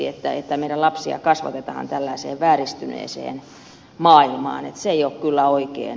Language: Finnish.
se että meidän lapsiamme kasvatetaan tällaiseen vääristyneeseen maailmaan ei ole kyllä oikein